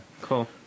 Cool